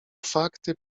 fakty